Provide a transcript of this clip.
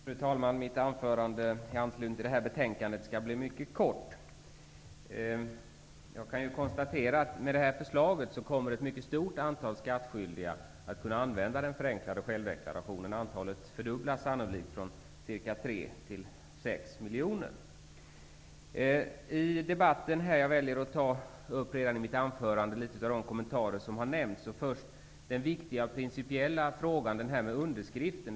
Fru talman! Mitt anförande i anslutning till det här betänkandet skall bli mycket kort. Jag kan konstatera att med det här förslaget kommer ett mycket stort antal skattskyldiga att kunna använda den förenklade självdeklarationen. Antalet fördubblas sannolikt från cirka tre miljoner till cirka sex miljoner. Jag väljer att redan i mitt anförande ta upp några av de kommentarer som har nämnts. Först gäller det den viktiga principiella frågan om underskriften.